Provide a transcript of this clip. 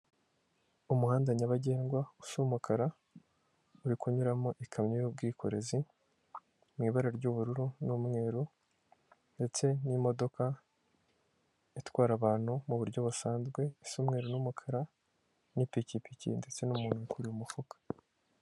Umuhanda nyabagendwa usa umukara uri kunyuramo ikamyo y'ubwikorezi mu ibara ry'ubururu n'umweru, ndetse n'imodoka itwara abantu m'uburyo busanzwe isa umwe n'umukara n'ipikipiki ndetse n'umuntu ukuruye umufuka.